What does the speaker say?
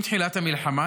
עם תחילת המלחמה,